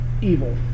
evil